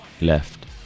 Left